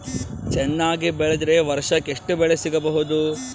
ಚೆನ್ನಾಗಿ ಬೆಳೆದ್ರೆ ವರ್ಷಕ ಎಷ್ಟು ಬೆಳೆ ಸಿಗಬಹುದು?